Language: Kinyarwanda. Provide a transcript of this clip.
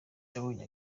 yabonye